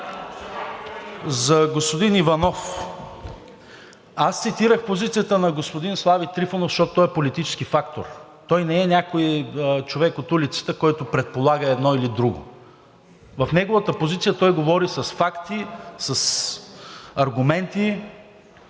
За господин Иванов аз цитирах позицията на господин Слави Трифонов, защото той е политически фактор. Той не е някой човек от улицата, който предполага едно или друго. В неговата позиция той говори с факти, с аргументи,